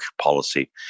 policy